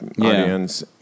audience